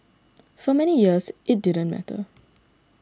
for many years it didn't matter